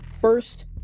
first